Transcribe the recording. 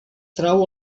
trau